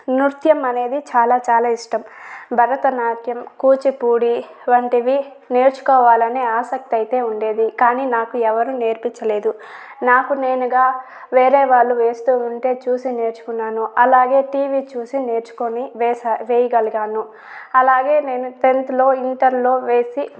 నృత్యం అనేది చాలా చాలా ఇష్టం భరతనాట్యం కూచిపూడి వంటివి నేర్చుకోవాలని ఆసక్తి అయితే ఉండేది కానీ నాకు ఎవరు నేర్పించలేదు నాకు నేనుగా వేరే వాళ్ళు వేస్తూ ఉంటే చూసి నేర్చుకున్నాను అలాగే టీవీ చూసి నేర్చుకొని వేసా వేయగలిగాను అలాగే నేను టెన్త్ లో ఇంటర్ లో వేసి